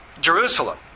Jerusalem